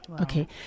Okay